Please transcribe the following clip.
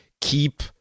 keep